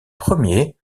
premier